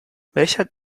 welcher